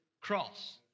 cross